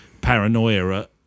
paranoia